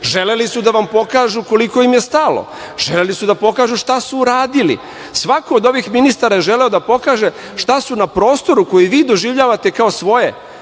Želeli su da vam pokažu koliko im je stalo. Želeli su da pokažu šta su uradili. Svako od ovih ministara je želeo da pokaže šta su na prostoru koji vi doživljavate kao svoje,